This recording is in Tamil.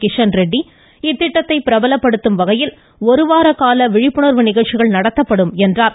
கிஷன் ரெட்டி பங்கேற்ற இத்திட்டத்தை பிரபலப்படுத்தும் வகையில் ஒரு வார காலம் விழிப்புணா்வு நிகழ்ச்சிகள் நடத்தப்படும் என்றார்